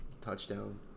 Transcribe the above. Touchdown